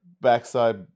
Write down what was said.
backside